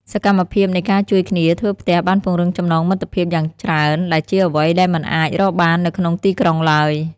សកម្មភាពនៃការជួយគ្នាធ្វើផ្ទះបានពង្រឹងចំណងមិត្តភាពយ៉ាងច្រើនដែលជាអ្វីដែលមិនអាចរកបាននៅក្នុងទីក្រុងឡើយ។